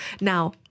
Now